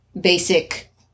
basic